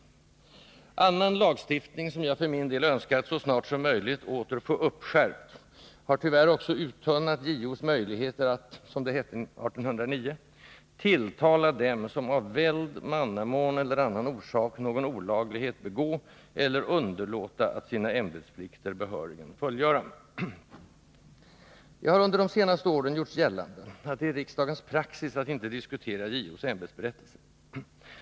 Annan lagstiftning — som jag för min del önskar att så snart som möjligt åter få uppskärpt — har tyvärr också uttunnat JO:s möjligheter att, som det hette 1809, ”tilltala dem som af väld, mannamån eller annan orsak någon olaglighet begå eller underlåta att sina ämbetsplikter behörigen fullgöra”. Det har under de senaste åren gjorts gällande att det är riksdagens ”praxis” att inte diskutera JO:s ämbetsberättelse.